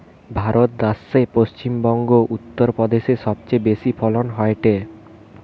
ভারত দ্যাশে পশ্চিম বংগো, উত্তর প্রদেশে সবচেয়ে বেশি ফলন হয়টে